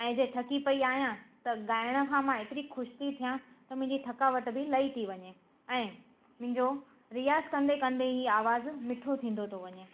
ऐं जंहिं थकी पई आहियां त ॻाइण खां मां एतिरी ख़ुशि थी थिया त मुंहिंजी थकावट बि लही थी वञे ऐं मुंहिंजो रियाज़ कंदे कंदे ई आवाज़ु मिठो थींदो थो वञे